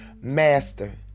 Master